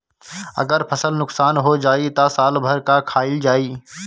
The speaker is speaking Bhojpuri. अगर फसल नुकसान हो जाई त साल भर का खाईल जाई